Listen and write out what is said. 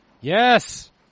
Yes